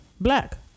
Black